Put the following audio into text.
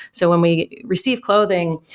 so when we receive clothing,